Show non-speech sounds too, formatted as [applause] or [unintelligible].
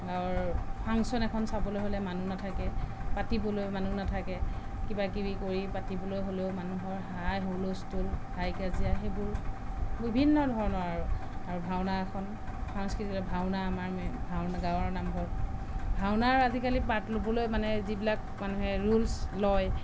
গাঁৱৰ ফাংচন এখন চাবলৈ হ'লে মানুহ নাথাকে পাতিবলৈ মানুহ নাথাকে কিবাকিবি কৰি পাতিবলৈ হ'লেও মানুহৰ হাই হুলস্থুল হাই কাজিয়া সেইবোৰ বিভিন্ন ধৰণৰ আৰু আৰু ভাওনা এখন সাংস্কৃতিক ভাওনা আমাৰ [unintelligible] গাঁৱৰ নামঘৰত ভাওনাৰ আজিকালি পাৰ্ট ল'বলৈ মানে যিবিলাক মানুহে ৰোলছ লয়